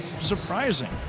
Surprising